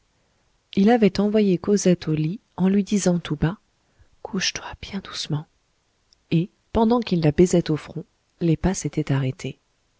il avait envoyé cosette au lit en lui disant tout bas couche-toi bien doucement et pendant qu'il la baisait au front les pas s'étaient arrêtés